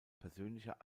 persönlicher